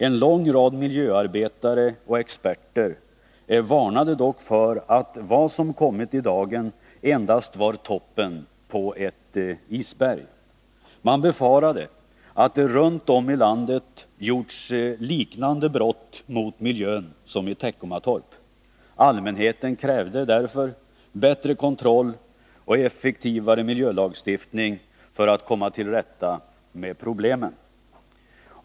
En lång rad miljöarbetare och experter varnade dock för att vad som kommit i dagen endast var toppen på ett isberg. Man befarade att det runt om i landet gjorts liknande brott mot miljön som i Teckomatorp. Allmänheten krävde därför bättre kontroll och effektivare miljölagstiftning, för att man skulle kunna komma till rätta med problemen.